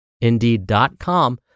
indeed.com